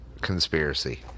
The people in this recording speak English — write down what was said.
conspiracy